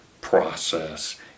process